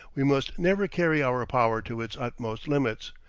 we must never carry our power to its utmost limits,